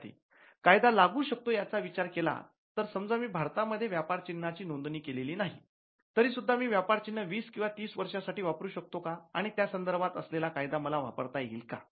विद्यार्थी कायदा लागू शकतो याचा विचार केला तर समजा मी भारतामध्ये व्यापार चिन्हाची नोंदणी केलेली नाही तरीसुद्धा मी व्यापार चिन्ह वीस किंवा तीस वर्षांसाठी वापरू शकतो का आणि त्या संदर्भात असलेला कायदा मला वापरता येईल का